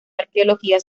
arqueología